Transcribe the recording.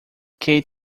kate